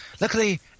Luckily